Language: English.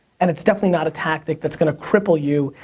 and it's definitely not a tactic that's gonna cripple you,